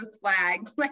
flags